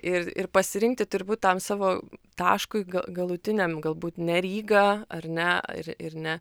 ir ir pasirinkti turbūt tam savo taškui ga galutiniam galbūt ne rygą ar ne ir ir ne